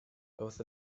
both